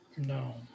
No